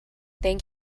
thank